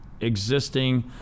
existing